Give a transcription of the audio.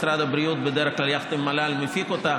משרד הבריאות בדרך כלל, יחד עם מל"ל, מפיק אותה,